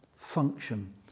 function